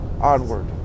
onward